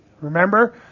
remember